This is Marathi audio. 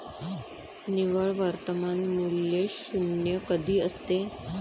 निव्वळ वर्तमान मूल्य शून्य कधी असते?